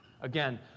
Again